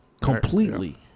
completely